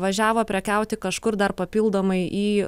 važiavo prekiauti kažkur dar papildomai į